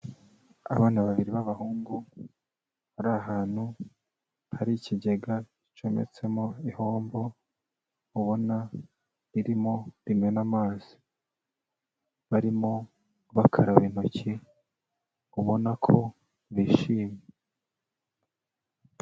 Abana babiri b'abahungu, bari ahantu hari ikigega gicometsemo ihombo, ubona ririmo rimena amazi. Narimo bakaraba intoki, ubona ko bishimye.